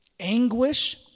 anguish